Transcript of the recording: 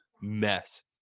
mess